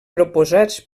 proposats